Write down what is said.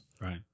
Right